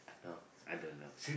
I know I don't know